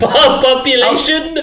Population